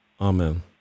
Amen